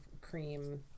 cream